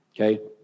okay